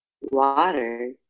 water